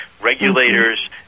Regulators